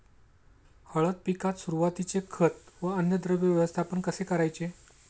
हळद पिकात सुरुवातीचे खत व अन्नद्रव्य व्यवस्थापन कसे करायचे?